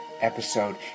episode